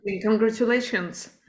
Congratulations